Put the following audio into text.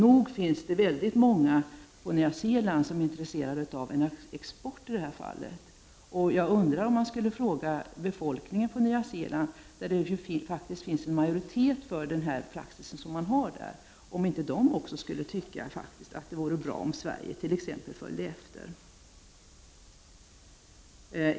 Det finns således väldigt många på Nya Zeeland som är intresserade av export i det här fallet. Jag undrar om befolkningen på Nya Zeeland, där det faktiskt finns en majoritet för den praxis som där gäller, inte tycker att det är bra om Sverige t.ex. skulle följa efter.